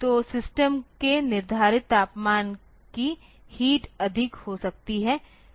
तो सिस्टम के निर्धारित तापमान की हीट अधिक हो सकती है